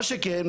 מה שכן,